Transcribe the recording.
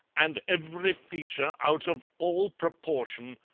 and every feature out of all proportion!